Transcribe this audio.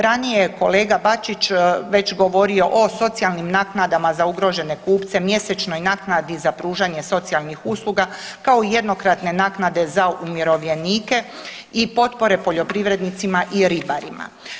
Ranije je kolega Bačić već govorio o socijalnim naknadama za ugrožene kupce, mjesečnoj naknadi za pružanje socijalnih usluga kao i jednokratne naknade za umirovljenike i potpore poljoprivrednicima i ribarima.